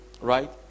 Right